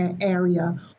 area